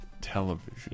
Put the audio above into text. Television